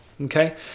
okay